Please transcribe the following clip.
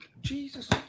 Jesus